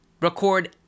record